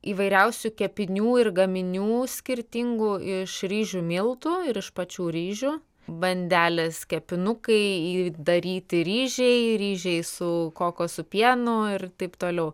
įvairiausių kepinių ir gaminių skirtingų iš ryžių miltų ir iš pačių ryžių bandelės kepinukai įdaryti ryžiai ryžiai su kokosų pienu ir taip toliau